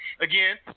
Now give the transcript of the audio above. Again